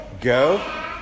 go